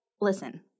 listen